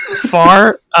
Far